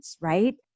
Right